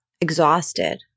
exhausted